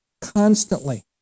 constantly